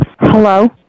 Hello